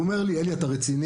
והוא אומר לי: אלי, אתה רציני?